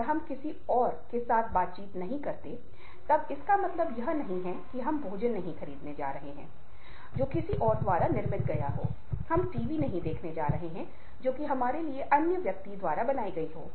और यह जीवन भर स्थिर रहता है लेकिन मस्तिष्क की कोशिकाओं के हल्के होने के कारण 20 साल तक बढ़ जाता है